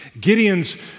Gideon's